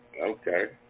Okay